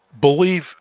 believe